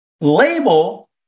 label